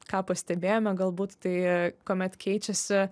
ką pastebėjome galbūt tai kuomet keičiasi